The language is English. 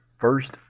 first